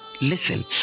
Listen